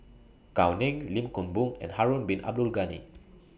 Gao Ning Lim Kim Boon and Harun Bin Abdul Ghani